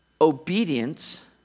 obedience